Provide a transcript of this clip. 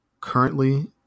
currently